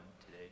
today